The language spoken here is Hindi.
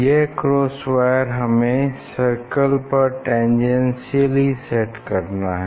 यह क्रॉस वायर हमें सर्किल पर टैनजैनसियली सेट करना है